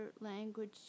language